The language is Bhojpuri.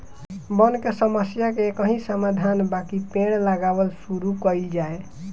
वन के समस्या के एकही समाधान बाकि पेड़ लगावल शुरू कइल जाए